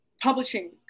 publishing